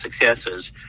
successes